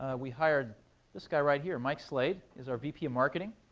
ah we hired this guy right here. mike slade is our vp of marketing.